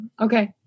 Okay